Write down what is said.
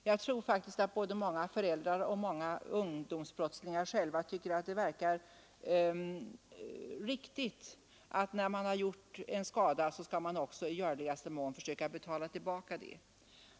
Jag tror att många föräldrar och många ungdomsbrottslingar själva tycker att det verkar riktigt att man, när man gjort en skada, i görligaste mån också skall försöka ersätta den.